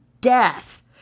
death